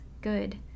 good